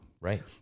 Right